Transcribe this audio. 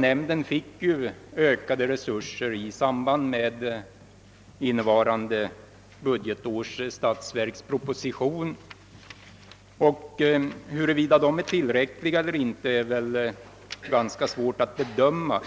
Nämnden fick ökade resurser genom innevarande budgetårs statsverksproposition. Huruvida de är tillräckliga eller inte är ganska svårt att bedöma.